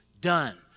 done